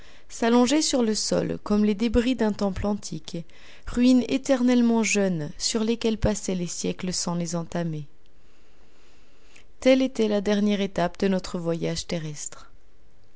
s'allongeaient sur le sol comme les débris d'un temple antique ruines éternellement jeunes sur lesquelles passaient les siècles sans les entamer telle était la dernière étape de notre voyage terrestre